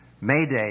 Mayday